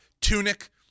tunic